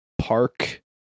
park